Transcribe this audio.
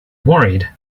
worried